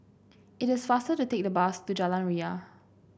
it is faster to take the bus to Jalan Ria